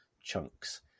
chunks